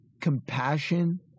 compassion